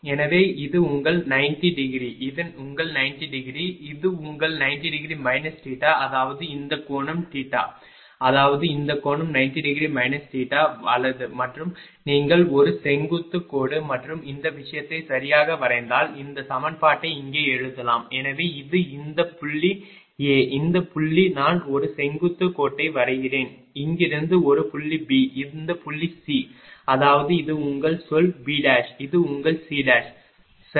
எனவே இது உங்கள் 90 டிகிரி இது உங்கள் 90 டிகிரி இது உங்கள் 90 டிகிரி மைனஸ் தீட்டா அதாவது இந்த கோணம் தீட்டா அதாவது இந்த கோணம் 90 டிகிரி மைனஸ் தீட்டா வலது மற்றும் நீங்கள் ஒரு செங்குத்து கோடு மற்றும் இந்த விஷயத்தை சரியாக வரைந்தால் இந்த சமன்பாட்டை இங்கே எழுதலாம் எனவே இது இந்த புள்ளி A இந்த புள்ளி நான் ஒரு செங்குத்து கோட்டை வரைகிறேன் இங்கிருந்து இந்த புள்ளி B இந்த புள்ளி C அதாவது இது உங்கள் சொல் B இது உங்கள் C சரி